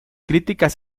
críticas